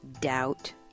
doubt